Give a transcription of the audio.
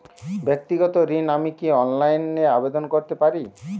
ব্যাক্তিগত ঋণ আমি কি অনলাইন এ আবেদন করতে পারি?